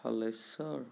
Holeshwar